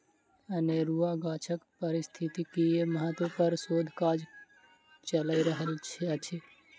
अनेरुआ गाछक पारिस्थितिकीय महत्व पर शोध काज चैल रहल अछि